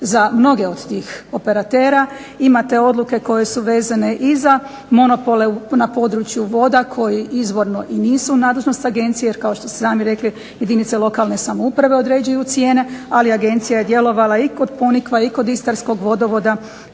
za mnoge od tih operatera. Imate odluke koje su vezane i za monopole na području voda koji izvorno i nisu u nadležnosti agencije jer kao što ste i sami rekli jedinice lokalne samouprave određuju cijene, ali agencija je djelovala i kod Ponikva i kod Istarskog vodovoda